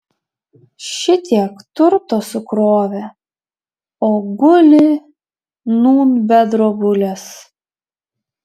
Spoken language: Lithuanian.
šitiek turto sukrovė o guli nūn be drobulės